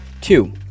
Two